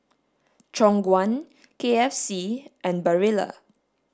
Khong Guan K F C and Barilla